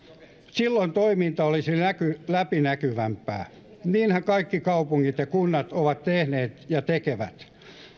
silloin toiminta olisi läpinäkyvämpää niinhän kaikki kaupungit ja kunnat ovat tehneet ja tekevät